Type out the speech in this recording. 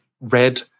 red